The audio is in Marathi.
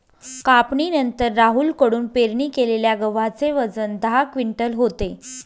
कापणीनंतर राहुल कडून पेरणी केलेल्या गव्हाचे वजन दहा क्विंटल होते